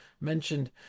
mentioned